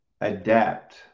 adapt